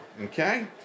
okay